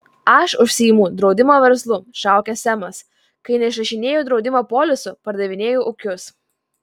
aš užsiimu draudimo verslu šaukė semas kai neišrašinėju draudimo polisų pardavinėju ūkius